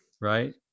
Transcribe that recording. Right